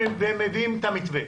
והם מביאים את המתווה.